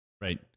Right